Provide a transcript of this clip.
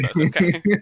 Okay